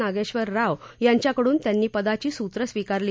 नागेश्वर राव यांच्याकडून त्यांनी पदाची सुत्रं स्वीकारली